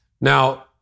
Now